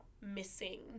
missing